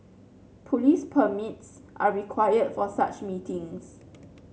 police permits are required for such meetings